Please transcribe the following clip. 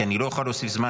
כי אני לא אוכל להוסיף זמן,